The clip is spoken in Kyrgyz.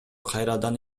кайрадан